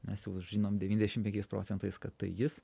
mes jau žinom devyniasdešim penkiais procentais kad tai jis